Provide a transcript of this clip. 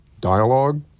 dialogue